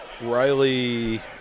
Riley